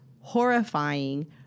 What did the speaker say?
horrifying